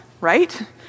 right